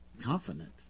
confident